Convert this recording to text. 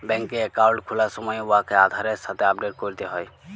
ব্যাংকে একাউল্ট খুলার সময় উয়াকে আধারের সাথে আপডেট ক্যরতে হ্যয়